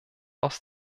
aus